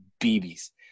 bb's